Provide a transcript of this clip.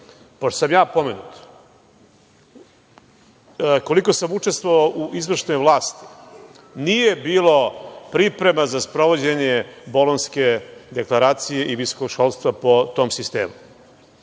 pošto sam ja pomenut, koliko sam učestvovao u izvršnoj vlasti, nije bilo priprema za sprovođenje bolonjske deklaracije i visokog školstva po sistemu. Malopre